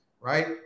Right